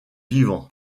vivant